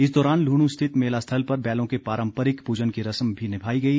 इस दौरान लुहण स्थित मेला स्थल पर बैलों के पारम्परिक पूजन की रस्म भी निभाई गई